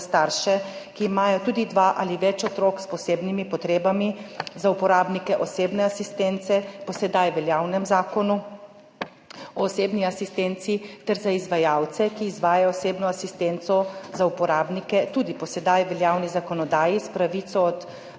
ki imajo tudi dva ali več otrok s posebnimi potrebami, za uporabnike osebne asistence po sedaj veljavnem Zakonu o osebni asistenci ter za izvajalce, ki izvajajo osebno asistenco za uporabnike tudi po sedaj veljavni zakonodaji s pravico do